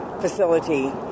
facility